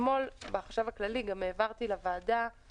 אתמול מהחשב הכללי שלחו וגם שלחנו לוועדה